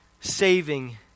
saving